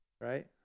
Right